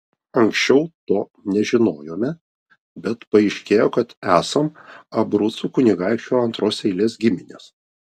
anksčiau to nežinojome bet paaiškėjo kad esam abrucų kunigaikščio antros eilės giminės